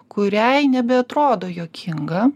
kuriai nebeatrodo juokinga